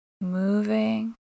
moving